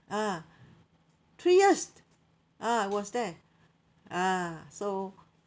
ah three years ah I was there ah so